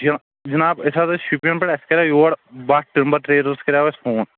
جی ہاں جناب أسۍ حظ ٲسۍ شُپین پیٚٹھ اَسہِ کریاو یور بٹ ٹِمبر ٹرٛیڈٲرٕس کریاو اَسہِ فون